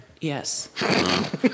Yes